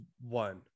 one